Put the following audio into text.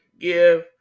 give